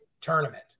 tournament